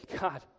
God